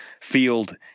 field